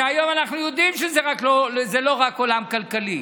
והיום אנחנו יודעים שזה לא רק עולם כלכלי,